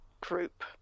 group